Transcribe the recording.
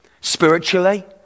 spiritually